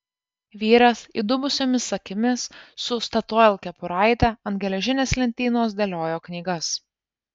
vyras įdubusiomis akimis su statoil kepuraite ant geležinės lentynos dėliojo knygas